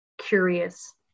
curious